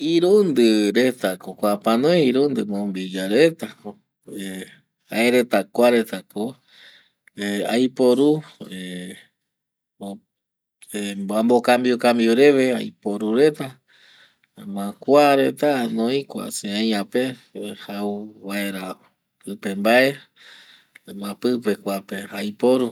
Irundi reta kp kuape anoi irundi mombilla reta ˂hesitation˃ jokgüi ko aiporu ˂hesitation˃ amobocambio cambio reve aiporu reta jaema kua reta anoi kua se aia pe jau vaera pupe vae jaema pupe vae kua aiporu